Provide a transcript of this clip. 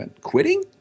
Quitting